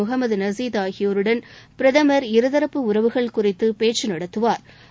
முகமது நசீத் ஆகியோருடன் பிரதமர் இருதரப்பு உறவுகள் குறித்து பேச்சு நடத்துவாா்